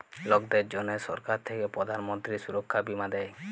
লকদের জনহ সরকার থাক্যে প্রধান মন্ত্রী সুরক্ষা বীমা দেয়